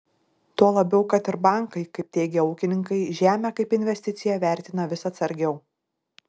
tuo labiau kad ir bankai kaip teigia ūkininkai žemę kaip investiciją vertina vis atsargiau